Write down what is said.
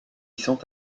sont